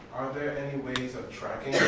are there any ways of tracking,